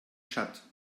tschad